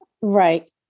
Right